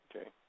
Okay